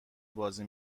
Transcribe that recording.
بازی